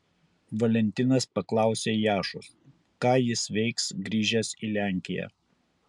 valentinas paklausė jašos ką jis veiks grįžęs į lenkiją